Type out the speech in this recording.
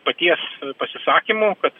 paties pasisakymų kad